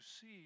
see